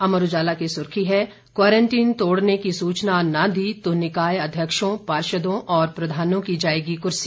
अमर उजाला की सुर्खी है क्वारंटीन तोड़ने की सूचना न दी तो निकाय अध्यक्षों पार्षदों और प्रधानों की जाएगी कुर्सी